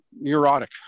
neurotic